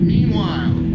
Meanwhile